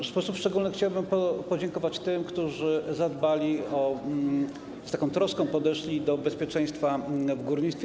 W sposób szczególny chciałbym podziękować tym, którzy zadbali, z taką troską podeszli do bezpieczeństwa w górnictwie.